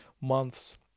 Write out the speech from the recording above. months